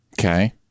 Okay